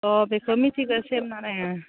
अ बेखौ मिथिगौ सेम होननानै अ